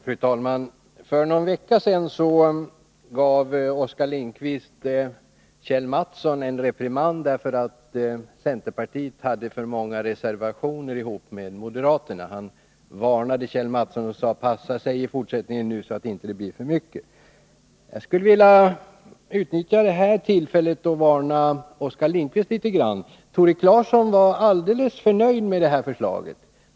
Fru talman! För någon vecka sedan gav Oskar Lindkvist Kjell Mattsson en reprimand, därför att centerpartiet, som han sade, hade för många reservationer tillsammans med moderaterna. Han varnade Kjell Mattsson och sade att denne skulle passa sig för detta i fortsättningen. Jag vill utnyttja detta tillfälle till att varna Oskar Lindkvist litet grand. Tore Claeson var alldeles för nöjd med detta betänkande.